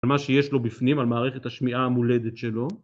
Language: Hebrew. על מה שיש לו בפנים, על מערכת השמיעה המולדת שלו